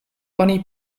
oni